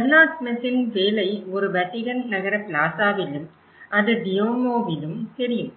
Bernard ஸ்மித்தின் வேலை ஒரு வட்டிகன் நகர பிளாசாவிலும் அது டியோமோவிலும் தெரியும்